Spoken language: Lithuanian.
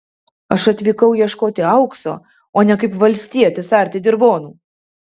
aš atvykau ieškoti aukso o ne kaip valstietis arti dirvonų